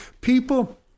People